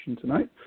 tonight